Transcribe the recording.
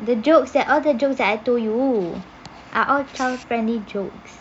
the jokes all the jokes that I told you are all child friendly jokes